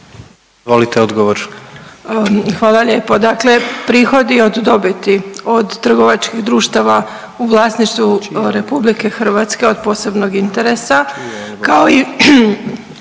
Sanja** Hvala lijepo. Dakle, prihodi od dobiti od trgovačkih društava u vlasništvu RH od posebnog interesa,